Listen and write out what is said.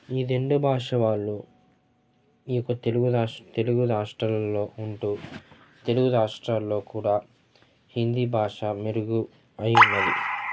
ఈ రెండు భాష వాళ్ళు ఈ యొక్క తెలుగు తెలుగు రాష్ట్రాల్లో ఉంటూ తెలుగు రాష్ట్రాల్లో కూడా హిందీ భాష మెరుగు అయున్నది